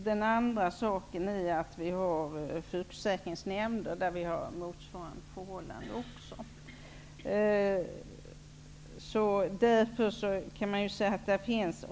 Den andra saken är att vi har sjukförsäkringsnämnder där vi har motsvarande förhållanden.